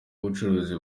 ubucukuzi